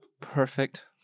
perfect